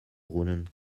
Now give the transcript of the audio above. brunnen